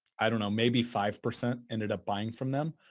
i don't know, maybe five percent ended up buying from them.